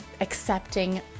accepting